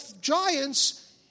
giants